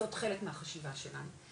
זאת חלק מהחשיבה שלנו.